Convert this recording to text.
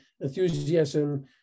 enthusiasm